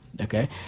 okay